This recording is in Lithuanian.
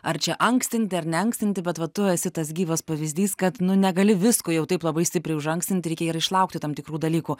ar čia ankstinti ar neankstinti bet va tu esi tas gyvas pavyzdys kad nu negali visko jau taip labai stipriai užankstinti reikia ir išlaukti tam tikrų dalykų